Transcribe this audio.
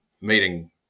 meeting